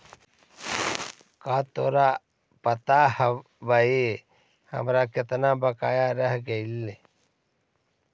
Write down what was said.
का तोरा पता हवअ हमर केतना बकाया रह गेलइ